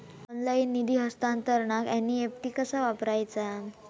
Online निधी हस्तांतरणाक NEFT कसा वापरायचा?